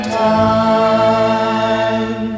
time